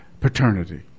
paternity